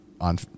on